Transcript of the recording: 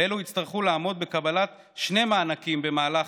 ואלו יצטרכו לעמוד בקבלת שני מענקים במהלך